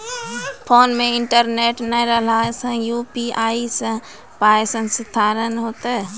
Phone मे internet नै रहला सॅ, यु.पी.आई सॅ पाय स्थानांतरण हेतै?